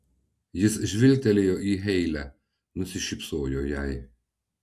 jis žvilgtelėjo į heile nusišypsojo jai